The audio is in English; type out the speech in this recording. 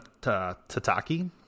tataki